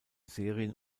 serien